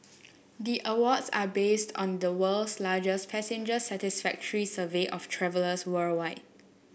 the awards are based on the world's largest passenger satisfactory survey of travellers worldwide